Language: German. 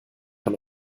von